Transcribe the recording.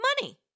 money